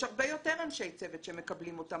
יש הרבה יותר אנשי צוות שמקבלים אותם